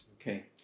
Okay